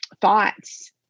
thoughts